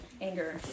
anger